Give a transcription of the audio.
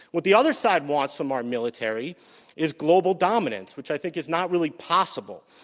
what the other side wants from our military is global dominance, which i think is not really possible.